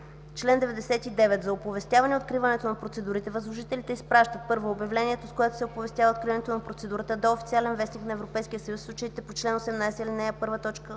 Чл. 99. За оповестяване откриването на процедурите възложителите изпращат: 1. обявлението, с което се оповестява откриването на процедура, до „Официален вестник” на Европейския съюз – в случаите по чл. 18, ал.